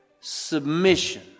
submission